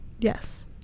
Yes